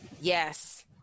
Yes